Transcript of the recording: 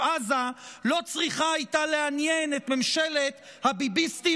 עזה לא צריכה הייתה לעניין את ממשלת הביביסטים,